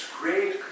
great